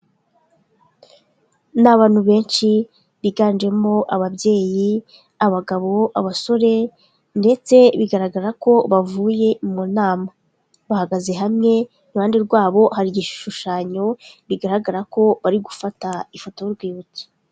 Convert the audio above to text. Ni abantu benshi biganjemo ababyeyi, abagabo, abasore ndetse bigaragara ko bavuye mu nama, bahagaze hamwe iruhande rwabo hari igishushanyo bigaragara ko bari gufata ifoto y'urwibutso.